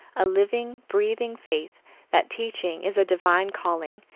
a living, breathing faith that teaching is a divine calling,